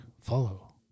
follow